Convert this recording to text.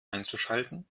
einzuschalten